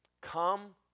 Come